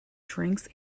drinks